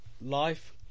life